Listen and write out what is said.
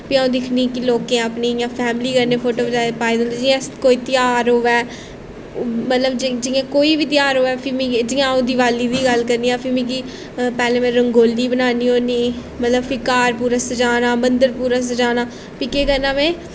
फ्ही अ'ऊं दिक्खनी कि लोकें अपनी फैमली कन्नै फोटो पाए दे होंदे जियां कोई ध्यार होऐ मतलब जियां कोई बी ध्यार होऐ जियां अ'ऊं दिवाली दी गल्ल करनी आं फ्ही मिगी पैह्लें में रंगोली बनान्नी होन्नी मतलब फ्ही घर पूरी सज़ाना मन्दर पूरा सज़ाना फ्ही केह् करना में